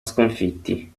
sconfitti